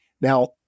Now